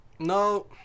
No